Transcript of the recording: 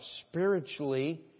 spiritually